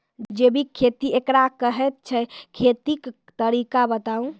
जैबिक खेती केकरा कहैत छै, खेतीक तरीका बताऊ?